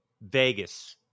Vegas